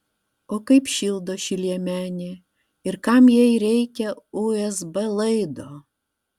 o kaip šildo ši liemenė ir kam jai reikia usb laido